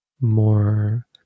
more